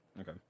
okay